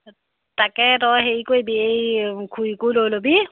তাকে তই হেৰি কৰিবি এই খুৰীকো লৈ ল'বি